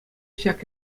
ҫак